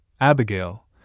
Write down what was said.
Abigail